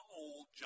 old